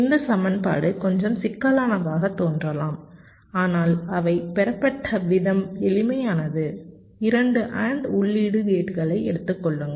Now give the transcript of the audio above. இந்த சமன்பாடு கொஞ்சம் சிக்கலானதாகத் தோன்றலாம் ஆனால் அவை பெறப்பட்ட விதம் எளிமையானது 2 AND உள்ளீடு கேட்களை எடுத்துக் கொள்ளுங்கள்